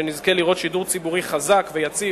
ונזכה לראות שידור ציבורי חזק ויציב.